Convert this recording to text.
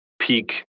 peak